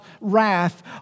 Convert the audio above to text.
wrath